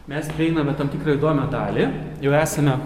mes prieiname tam tikrą įdomią dalį jau esame